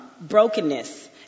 brokenness